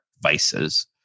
vices